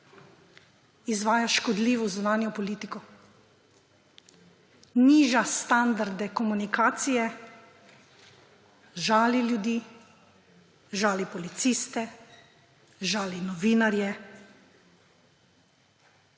Izvaja škodljivo zunanjo politiko. Niža standarde komunikacije, žali ljudi, žali policiste, žali novinarje,